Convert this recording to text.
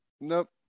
Nope